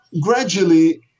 gradually